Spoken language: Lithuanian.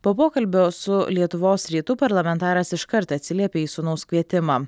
po pokalbio su lietuvos rytu parlamentaras iškart atsiliepė į sūnaus kvietimą